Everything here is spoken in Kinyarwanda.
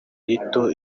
rito